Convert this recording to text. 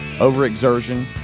overexertion